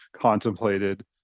contemplated